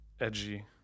edgy